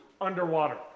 underwater